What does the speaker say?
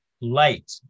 light